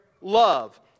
love